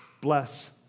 bless